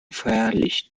feierlich